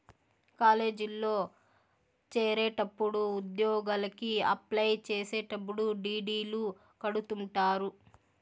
కాలేజీల్లో చేరేటప్పుడు ఉద్యోగలకి అప్లై చేసేటప్పుడు డీ.డీ.లు కడుతుంటారు